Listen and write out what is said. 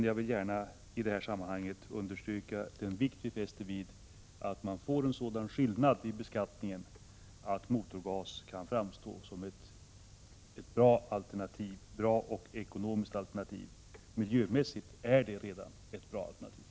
Jag vill dock i detta sammanhang understryka den vikt vi fäster vid att det blir en sådan skillnad i beskattningen att motorgasen framstår som ett bra ekonomiskt alternativ. Miljömässigt är den redan ett bra alternativ.